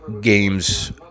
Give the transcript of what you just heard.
games